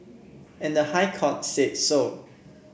and the High Court said so